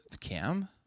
Cam